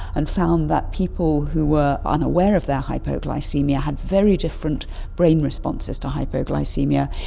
and found that people who were unaware of their hypoglycaemia had very different brain responses to hypoglycaemia,